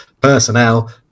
personnel